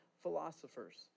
philosophers